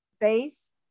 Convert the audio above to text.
base